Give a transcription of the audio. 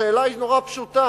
השאלה היא מאוד פשוטה,